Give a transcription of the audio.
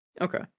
Okay